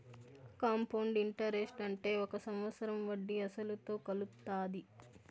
compound interest అంటే ఒక సంవత్సరం వడ్డీ అసలుతో కలుత్తాది